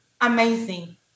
amazing